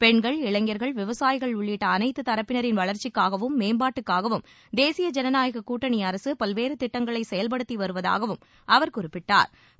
பெண்கள் இளைஞர்கள் விவசாயிகள் உள்ளிட்ட அனைத்து தரப்பினரின் வளர்ச்சிக்காகவும் மேம்பாட்டுக்காகவும் தேசிய ஜனநாயக கூட்டனி அரசு பல்வேறு திட்டங்களை செயல்படுத்தி வருவதாகவும் அவர் குறிப்பிட்டா்